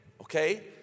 Okay